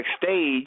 backstage